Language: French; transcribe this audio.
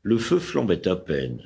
le feu flambait à peine